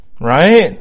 Right